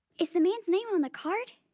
is the man's name on the card?